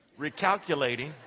recalculating